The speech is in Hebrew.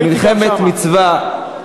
במלחמת מצווה,